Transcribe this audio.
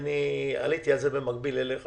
עליתי על זה במקביל אליך